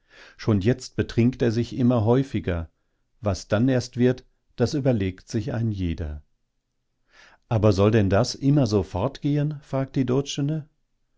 schon jetzt betrinkt er sich immer häufiger was dann erst wird das überlegt sich ein jeder aber soll denn das immer so fortgehen fragt die doczene